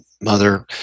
mother